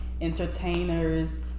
entertainers